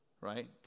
right